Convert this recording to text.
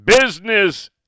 business